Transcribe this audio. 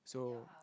so